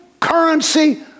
currency